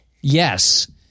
Yes